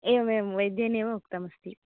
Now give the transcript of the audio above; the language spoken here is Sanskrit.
एवं एवं वैद्येनेव उक्तमस्ति